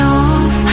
off